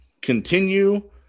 continue